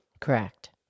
Correct